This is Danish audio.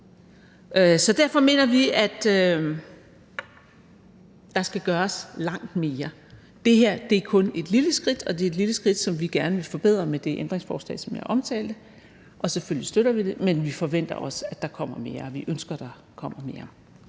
Derfor mener vi, at der skal gøres langt mere. Det her er kun et lille skridt, og det er et lille skridt, som vi gerne vil forbedre med det ændringsforslag, som jeg omtalte. Selvfølgelig støtter vi det, men vi forventer også, at der kommer mere, og vi ønsker, at der kommer mere.